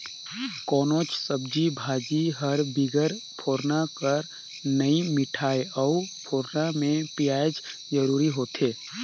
कोनोच सब्जी भाजी हर बिगर फोरना कर नी मिठाए अउ फोरना में पियाज जरूरी होथे